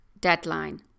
deadline